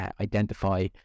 identify